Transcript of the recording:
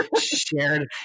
shared